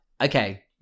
okay